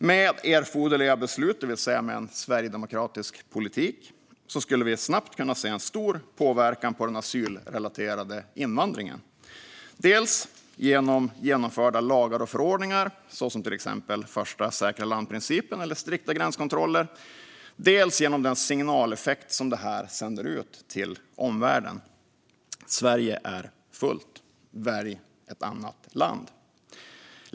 Med erforderliga beslut, det vill säga med en sverigedemokratisk politik, skulle vi snabbt kunna se en stor påverkan på den asylrelaterade invandringen - dels genom genomförda lagar och förordningar, såsom principen om första säkra land eller strikta gränskontroller, dels genom den signaleffekt som detta sänder ut till omvärlden: "Sverige är fullt - välj ett annat land!